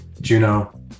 Juno